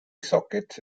sockets